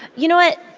you know what?